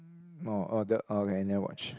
orh the orh I never watch